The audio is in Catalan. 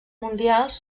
mundials